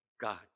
God